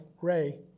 Ray